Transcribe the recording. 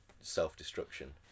self-destruction